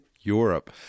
Europe